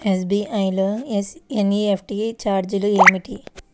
SBI లో NEFT ఛార్జీలు ఏమిటి?